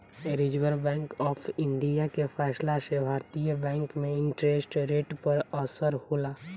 reserve Bank of India के फैसला से भारतीय बैंक में इंटरेस्ट रेट पर असर होला